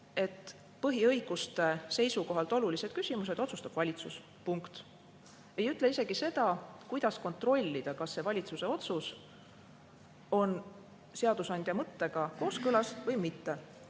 et põhiõiguste seisukohalt olulised küsimused otsustab valitsus, punkt. Ei ütle isegi, kuidas kontrollida, kas see valitsuse otsus on seadusandja mõttega kooskõlas või mitte.